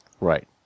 Right